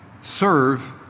serve